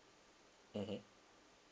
mmhmm